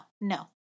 no